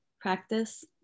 practice